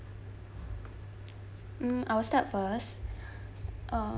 mm I'll start first uh